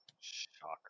Shocker